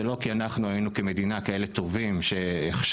זה לא כי אנחנו היינו כמדינה כאלה טובים שהכשרנו